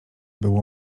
było